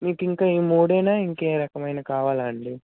మీకింక ఈ మూడేనా ఇంకే రకమైన కావాలా అండి